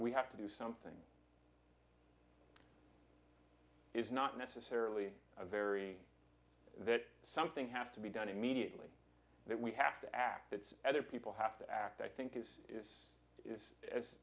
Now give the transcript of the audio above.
we have to do something it's not necessarily a very that something has to be done immediately that we have to act it's other people have to act i think is is as it's